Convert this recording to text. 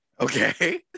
Okay